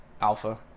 Alpha